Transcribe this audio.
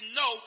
no